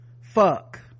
fuck